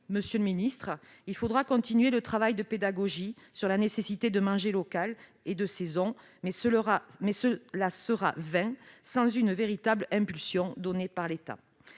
monsieur le ministre, il faudra continuer le travail de pédagogie sur la nécessité de manger local et de saison, mais cela sera vain sans une véritable impulsion donnée par l'État.